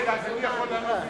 רגע, אז אני יכול לענות במקומך?